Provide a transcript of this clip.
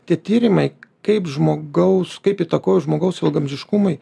tie tyrimai kaip žmogaus kaip įtakoja žmogaus ilgaamžiškumui